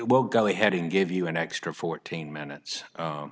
will go ahead and give you an extra fourteen minutes